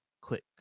quick